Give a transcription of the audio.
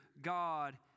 God